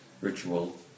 ritual